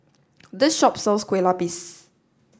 this shop sells Kueh Lapis